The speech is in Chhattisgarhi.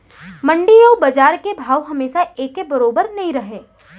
मंडी अउ बजार के भाव हमेसा एके बरोबर नइ रहय